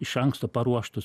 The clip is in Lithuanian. iš anksto paruoštus